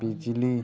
बिजली